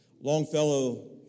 Longfellow